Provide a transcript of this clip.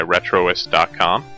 Retroist.com